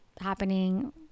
happening